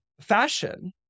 fashion